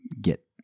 get